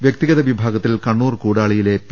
വ്യക്തിഗത വിഭാഗത്തിൽ കണ്ണൂർ കൂടാളിയിലെ പി